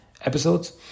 episodes